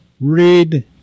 read